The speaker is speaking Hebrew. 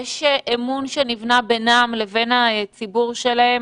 יש אמון שנבנה בינם לבין הציבור שלהם